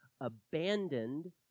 abandoned